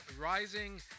rising